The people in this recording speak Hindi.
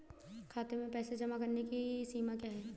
खाते में पैसे जमा करने की सीमा क्या है?